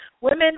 women